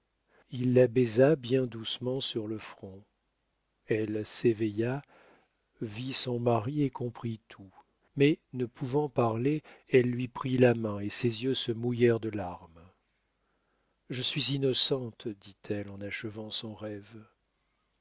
il la baisa bien doucement sur le front elle s'éveilla vit son mari et comprit tout mais ne pouvant parler elle lui prit la main et ses yeux se mouillèrent de larmes je suis innocente dit-elle en achevant son rêve